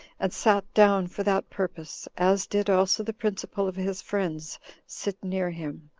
and sat down for that purpose, as did also the principal of his friends sit near him.